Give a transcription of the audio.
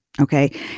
Okay